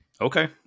Okay